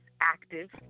active